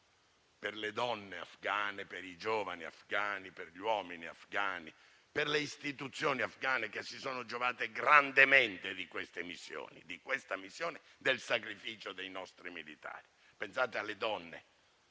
per le donne afghane, per i giovani e gli uomini afghani o per le istituzioni afghane, che si sono giovate grandemente di queste missioni, di questa missione e del sacrificio dei nostri militari. Pensate alle donne, alla